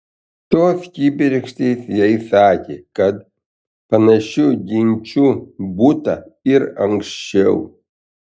tos kibirkštys jai sakė kad panašių ginčų būta ir anksčiau